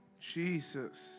Jesus